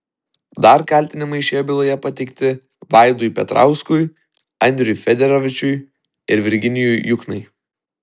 dar kaltinimai šioje byloje pateikti vaidui petrauskui andriui federavičiui ir virginijui juknai